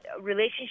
relationship